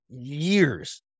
Years